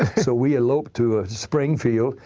so we eloped to ah springfield,